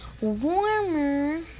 warmer